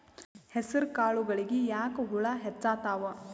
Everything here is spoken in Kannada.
ಹೆಸರ ಕಾಳುಗಳಿಗಿ ಯಾಕ ಹುಳ ಹೆಚ್ಚಾತವ?